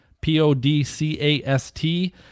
P-O-D-C-A-S-T